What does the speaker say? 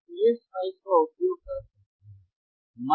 आप PSpice का उपयोग कर सकते हैं